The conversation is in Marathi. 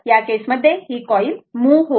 तर या केस मध्ये ही कॉइल मूव होत आहे बरोबर